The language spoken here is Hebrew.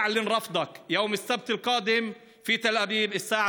זה אחרי חוק הלאום, זה אחרי תורת הגזע.